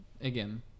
again